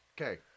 Okay